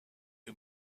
who